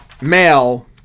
male